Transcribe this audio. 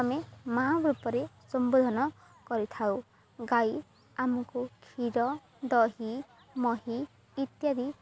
ଆମେ ମା ରୂପରେ ସମ୍ବୋଧନ କରିଥାଉ ଗାଈ ଆମକୁ କ୍ଷୀର ଦହି ମହି ଇତ୍ୟାଦି